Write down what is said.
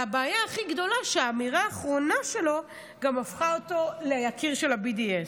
והבעיה הכי גדולה היא שהאמירה האחרונה שלו גם הפכה אותו ליקיר של ה-BDS.